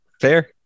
Fair